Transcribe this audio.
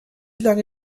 lange